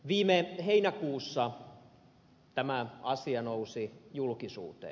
viime heinäkuussa tämä asia nousi julkisuuteen